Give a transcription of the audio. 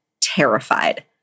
terrified